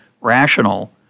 rational